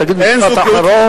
תגיד משפט אחרון.